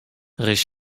ris